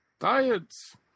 diets